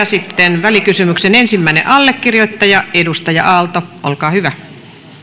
sitten välikysymyksen ensimmäinen allekirjoittaja edustaja aalto olkaa hyvä